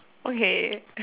okay